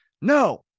no